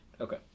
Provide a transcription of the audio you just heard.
Okay